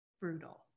Brutal